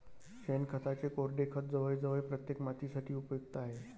शेणखताचे कोरडे खत जवळजवळ प्रत्येक मातीसाठी उपयुक्त आहे